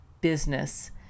Business